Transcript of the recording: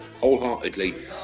wholeheartedly